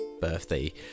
birthday